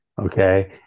okay